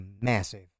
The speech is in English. massive